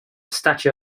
statue